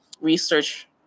research